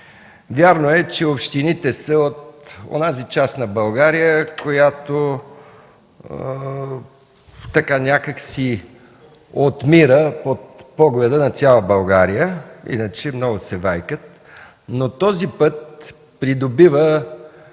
Вярно е, че общините са от онази част на България, която някак си отмира под погледа на цяла България, иначе много се вайкат. Този път придобива